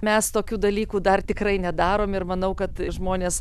mes tokių dalykų dar tikrai nedarom ir manau kad žmonės